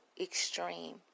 extreme